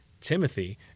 Timothy